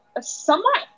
somewhat